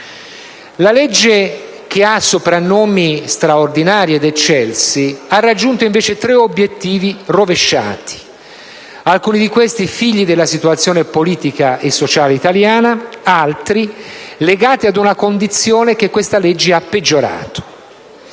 La legge, che ha soprannomi straordinari ed eccelsi, ha raggiunto invece tre obiettivi rovesciati: alcuni di questi figli della situazione politica e sociale italiana, altri legati ad una condizione che questa legge ha peggiorato.